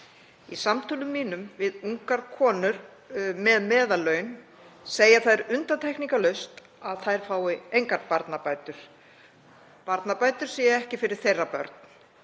Í samtölum mínum við ungar konur með meðallaun segja þær undantekningarlaust að þær fái engar barnabætur, barnabætur séu ekki fyrir þeirra börn.